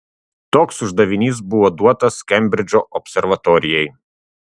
toks uždavinys buvo duotas kembridžo observatorijai